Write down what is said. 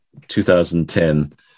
2010